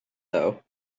though